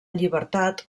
llibertat